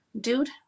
Dude